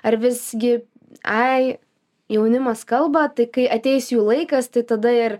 ar visgi ai jaunimas kalba tai kai ateis jų laikas tai tada ir